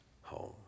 home